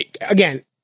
Again